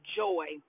joy